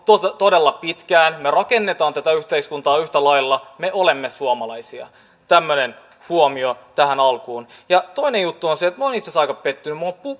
todella pitkään me rakennamme tätä yhteiskuntaa yhtä lailla me olemme suomalaisia tämmöinen huomio tähän alkuun toinen juttu on se että minä olen itse asiassa aika pettynyt minä olen